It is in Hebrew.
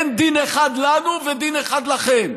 אין דין אחד לנו ודין אחד לכם.